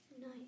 Nice